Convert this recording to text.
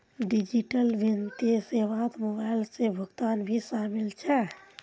digital वित्तीय सेवात mobile से भुगतान भी शामिल छे